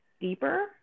deeper